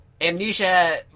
Amnesia